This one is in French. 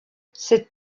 cet